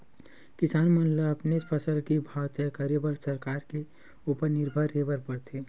किसान मन ल अपनेच फसल के भाव तय करे बर सरकार के उपर निरभर रेहे बर परथे